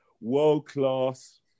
world-class